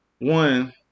one